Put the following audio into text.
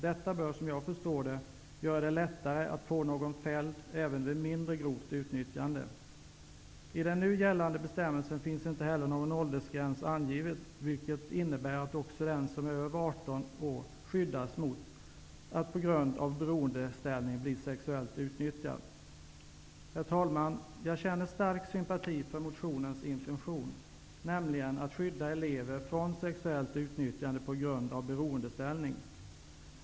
Detta bör, som jag förstår det, göra det lättare att få någon fälld även vid mindre grovt utnyttjande. I den nu gällande bestämmelsen finns inte heller någon åldersgräns angiven, vilket innebär att också den som är över 18 år skyddas mot att på grund av beroendeställning bli sexuellt utnyttjad. Herr talman! Jag känner stark sympati för motionens intention, att skydda elever från sexuellt utnyttjande på grund av beroendeställning.